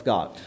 God